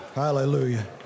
Hallelujah